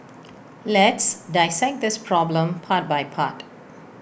let's dissect this problem part by part